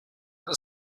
that